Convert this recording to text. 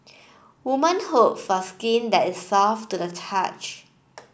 woman hope for skin that is soft to the touch